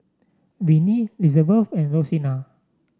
Vinie Lizabeth and Rosina